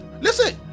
listen